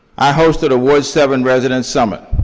i hosted a ward seven resident summit.